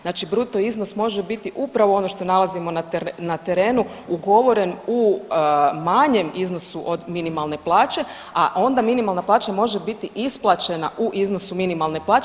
Znači bruto iznos može biti upravo ono što nalazimo na terenu ugovoren u manjem iznosu od minimalne plaće, a onda minimalna plaća može biti isplaćena u iznosu minimalne plaće.